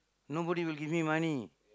nobody will give me money